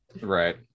Right